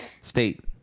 State